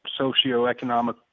socioeconomic